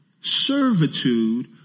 servitude